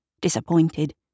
disappointed